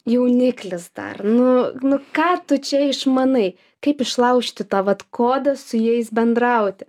jauniklis dar nu nu ką tu čia išmanai kaip išlaužti tą vat kodą su jais bendrauti